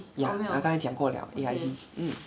ya 刚才讲过 liao A I D